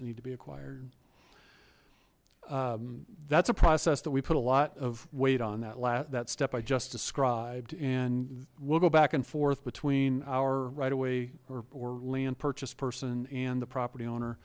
that need to be acquired that's a process that we put a lot of weight on that lat that step i just described and we'll go back and forth between our right away or land purchase person and the property owner